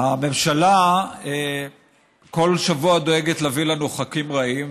הממשלה כל השבוע דואגת להביא לנו חוקים רעים,